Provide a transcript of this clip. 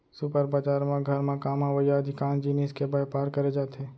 super बजार म घर म काम अवइया अधिकांस जिनिस के बयपार करे जाथे